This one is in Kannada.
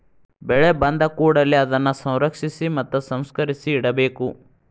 ಬೆಳೆ ಬಂದಕೂಡಲೆ ಅದನ್ನಾ ಸಂರಕ್ಷಿಸಿ ಮತ್ತ ಸಂಸ್ಕರಿಸಿ ಇಡಬೇಕು